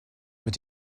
mit